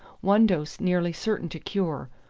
one dose nearly certain to cure.